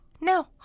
No